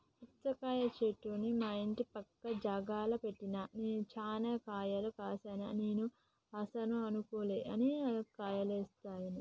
పుచ్చకాయ చెట్టును మా ఇంటి పక్క జాగల పెట్టిన చాన్నే కాయలు గాశినై నేను అస్సలు అనుకోలే అన్ని కాయలేస్తాయని